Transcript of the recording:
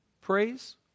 praise